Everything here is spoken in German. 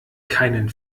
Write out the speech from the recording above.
keinen